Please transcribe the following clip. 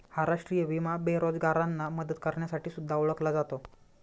हा राष्ट्रीय विमा बेरोजगारांना मदत करण्यासाठी सुद्धा ओळखला जातो